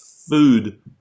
food